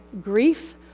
grief